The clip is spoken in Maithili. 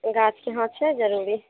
गाछ इहाँ छै जरूरी